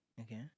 okay